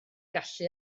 gallu